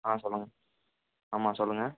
சொல்லுங்கள் ஆமாம் சொல்லுங்கள்